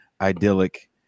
idyllic